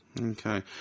Okay